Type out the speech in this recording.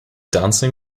dancing